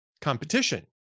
competition